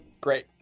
Great